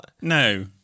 No